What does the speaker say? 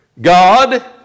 God